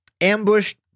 ambushed